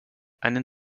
einen